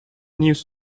news